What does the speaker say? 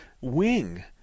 wing